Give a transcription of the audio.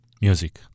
Music